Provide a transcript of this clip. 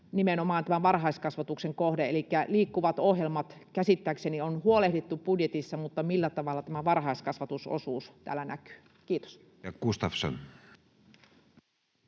nimenomaan varhaiskasvatuksen kohde elikkä liikkuvat ohjelmat — käsittääkseni näistä on huolehdittu budjetissa, mutta millä tavalla varhaiskasvatusosuus täällä näkyy? — Kiitos. [Speech